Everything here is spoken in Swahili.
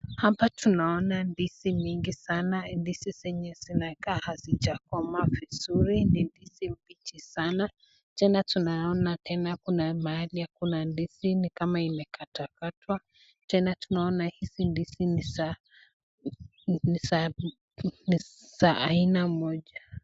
Hapa tunaona ndizi mingi sana ndizi zenye zinzkaa hasijakoma vizuri hii ni ndizi mpiji sana na tunaona tena kuna mahali akuna ndizi imekatwa katwa tena tunaona hizi ndizi ni za Haina moja.